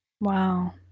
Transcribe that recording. Wow